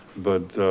but